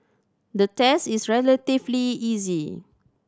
the test is relatively easy